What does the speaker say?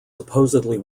supposedly